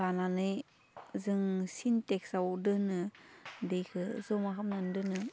लानानै जों सिनटेक्सआव दोनो दैखो जमा खालामनानै दोनो